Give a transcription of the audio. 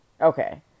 Okay